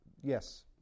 Yes